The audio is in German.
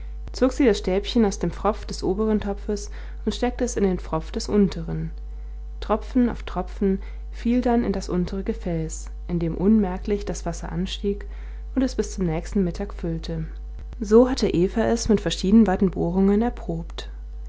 zog sie das stäbchen aus dem pfropf des oberen topfes und steckte es in den pfropf des unteren tropfen auf tropfen fiel dann in das untere gefäß in dem unmerklich das wasser anstieg und es bis zum nächsten mittag füllte so hatte eva es mit verschieden weiten bohrungen erprobt